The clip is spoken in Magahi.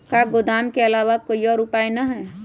का गोदाम के आलावा कोई और उपाय न ह?